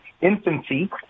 infancy